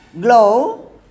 glow